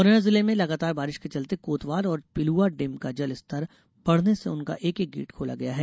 मुरैना जिले में लगातार बारिश के चलते कोतवाल और पिलुआ डेम का जल स्तर बढ़ने से उनका एक एक गेट खोला गया है